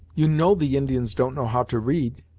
you know the indians don't know how to read.